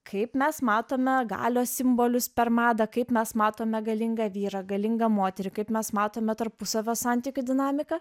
kaip mes matome galios simbolius per madą kaip mes matome galingą vyrą galingą moterį kaip mes matome tarpusavio santykių dinamiką